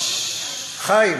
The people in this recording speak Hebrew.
חיים,